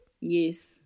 Yes